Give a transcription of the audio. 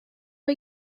nhw